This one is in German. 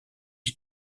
die